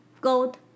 gold